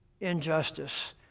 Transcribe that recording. injustice